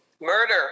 murder